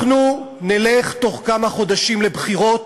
אנחנו נלך בתוך כמה חודשים לבחירות.